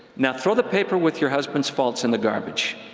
now throw the paper with your husband's faults in the garbage.